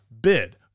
bid